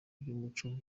by’umuco